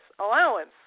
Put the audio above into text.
allowance